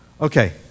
Okay